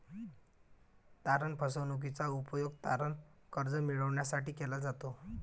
तारण फसवणूकीचा उपयोग तारण कर्ज मिळविण्यासाठी केला जातो